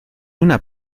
una